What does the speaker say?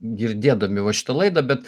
girdėdami va šitą laidą bet